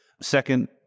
Second